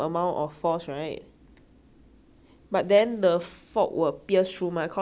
but then the fork will pierce through mah cause the same amount but lesser surface area or something like that